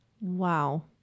wow